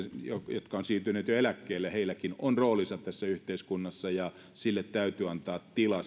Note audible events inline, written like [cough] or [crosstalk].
jotka ovat siirtyneet jo eläkkeelle ja heilläkin on roolinsa tässä yhteiskunnassa ja sille osallisuudelle täytyy antaa tila [unintelligible]